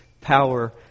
power